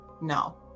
no